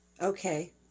Okay